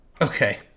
Okay